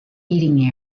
eating